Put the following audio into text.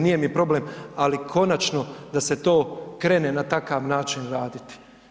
Nije mi problem, ali konačno da se to krene na takav način raditi.